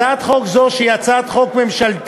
הצעת חוק זאת, שהיא הצעת חוק ממשלתית,